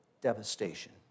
devastation